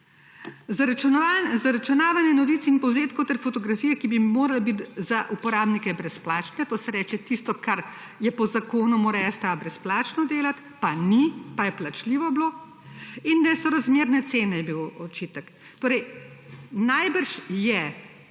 Zaračunavanje novic in povzetkov ter fotografije, ki bi morale biti za uporabnike brezplačne, to se reče tisto, kar je po zakonu mora STA brezplačno delati, pa ni, pa je plačljivo bilo in da je sorazmerne cene je bil očitek. Torej najbrž je